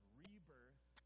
rebirth